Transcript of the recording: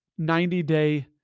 90-day